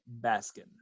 Baskin